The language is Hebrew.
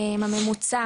הממוצע